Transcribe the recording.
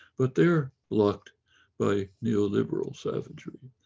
but they're locked by neoliberal circuitry.